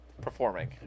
performing